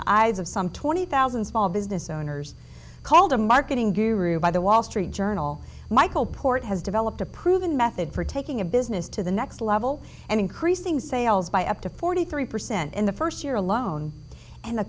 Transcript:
the eyes of some twenty thousand small business owners called a marketing guru by the wall street journal michael port has developed a proven method for taking a business to the next level and increasing sales by up to forty three percent in the first year alone and the